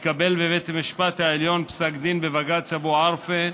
התקבל בבית המשפט העליון פסק דין בבג"ץ אבו ערפה,